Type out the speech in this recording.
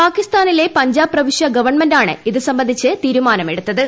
പാകിസ്ഥാനിലെ പഞ്ചാബ് പ്രവിശ്യാഗവൺമെന്റാണ് ഇത് സംബന്ധിച്ച് തീരുമാനം എടുത്തത്